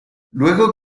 luego